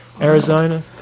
Arizona